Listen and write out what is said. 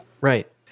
Right